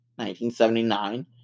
1979